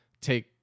take